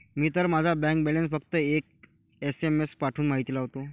मी तर माझा bank balance फक्त एक एस.एम.एस पाठवून माहिती लावतो